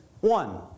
one